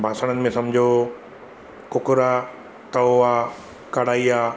बासणनि में सम्झो कुकर आहे तओ आहे कढ़ाई आहे